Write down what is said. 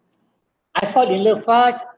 I fall in love fast